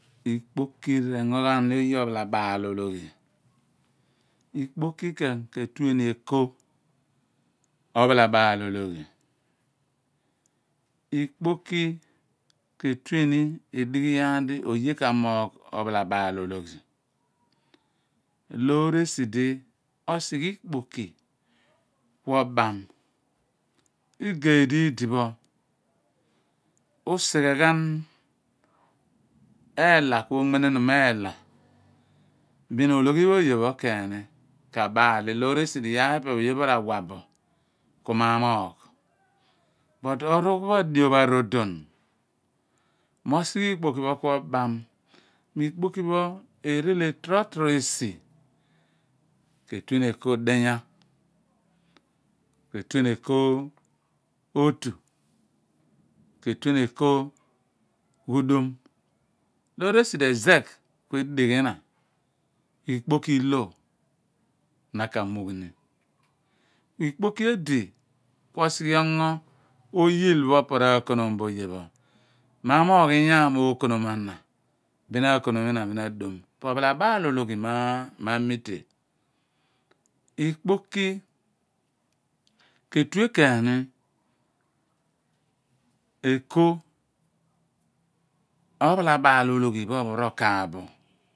Ikpoki rengo ghan ni oye opha la baal ologhi ikpo keen ke tue ni eko ophala baal-ologhi ikpo ki ke tue ni edighi iyaar di oye ka moogh ophola baal ologhi loor esi di osighe ikpoki kuo bam igedidi pho usi ghe ghan ellah kuo gbenemon elah bin ologhi pho oye pho kabaal loor esi di iyaar pho ope pho oye pho a wa bo ma moogh but orugh pho adio pho aro don mo sighe ikpo ki pho kuo bam ikpoki pho ereele tro tro esi ketue ni eko diyaar betue ni eko ghudum loor esi di ezegh kue di ghi na ikpoki ilo na ka mugh ni kui ikpoki edi kuo sighe ongo oyil pho opo pho rakonumbo lana bin ma mough inyaam bin ma konom inna bin na adum po phalabal ologhi ma ru ikpoki ketue ni so eko ophalabaal ologhi pho opho rokaaph bo